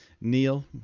Neil